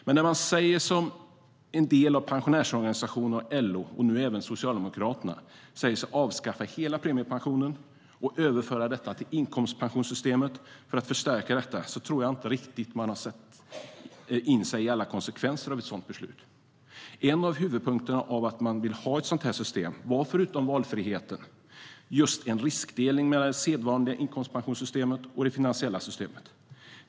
Men när man som en del av pensionärsorganisationerna, LO och nu även Socialdemokraterna säger sig vilja avskaffa hela premiepensionen och överföra detta till inkomstpensionssystemet för att förstärka detta tror jag inte man riktigt satt in sig i alla konsekvenser av ett sådant beslut. En av huvudpunkterna av att man ville ha ett sådant här system var förutom valfriheten just en riskdelning mellan det sedvanliga inkomstpensionssystemet och det finansiella systemet.